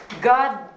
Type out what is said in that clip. God